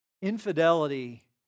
Infidelity